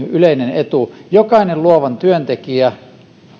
ja yleinen etu jokainen luovan työntekijä